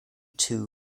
too